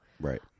Right